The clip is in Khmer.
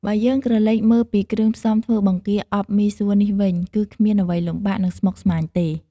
បើយើងក្រឡេកមើលពីគ្រឿងផ្សំធ្វើបង្គាអប់មីសួរនេះវិញ គឺគ្មានអ្វីលំបាក និងស្មុគស្មាញទេ។